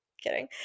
Kidding